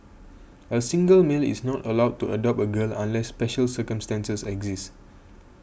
a single male is not allowed to adopt a girl unless special circumstances exist